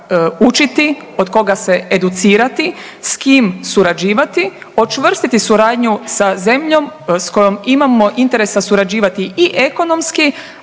učiti, od koga se educirati, s kim surađivati, učvrstiti suradnju sa zemljom sa kojom imamo interesa surađivati i ekonomski,